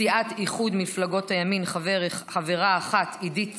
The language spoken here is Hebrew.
מסיעת איחוד מפלגות הימין, חברה אחת: עידית סילמן,